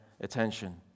attention